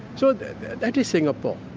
so that that is singapore,